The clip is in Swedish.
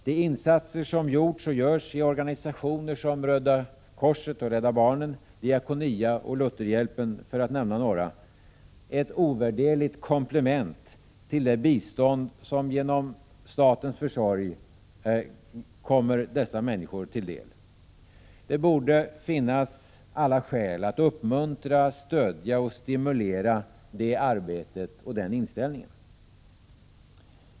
De insatser som gjorts och görs i organisationer som Röda korset, Rädda barnen, Diakonia och Lutherhjälpen — för att nämna några — är ett ovärderligt komplement till det bistånd som genom statens försorg kommer dessa människor till del. Det borde därför finnas alla skäl att uppmuntra, stödja och stimulera det arbetet och den inställningen.